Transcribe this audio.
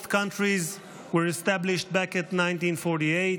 both countries were established in 1948,